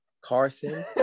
Carson